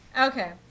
Okay